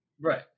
Right